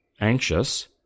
anxious